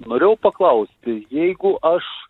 norėjau paklausti jeigu aš